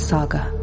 Saga